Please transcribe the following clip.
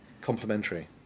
complementary